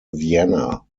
vienna